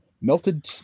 melted